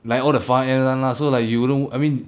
like all the far end [one] lah so like you know I mean